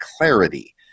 clarity